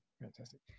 Fantastic